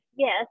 Yes